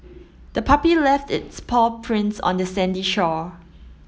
the puppy left its paw prints on the sandy shore